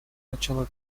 начала